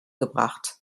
gebracht